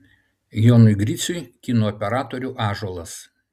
jonui griciui kino operatorių ąžuolas